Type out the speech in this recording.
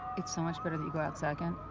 it' so much better that you go out second,